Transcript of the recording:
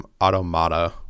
Automata